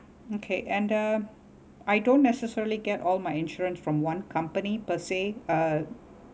okay and uh I don't necessarily get all my insurance from one company per se uh